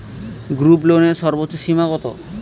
গ্রুপলোনের সর্বোচ্চ সীমা কত?